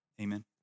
Amen